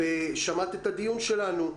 שמעת את הדיון שלנו?